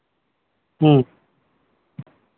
ᱦᱮᱸ